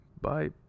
Bye